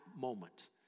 moment